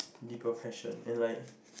deeper passion and like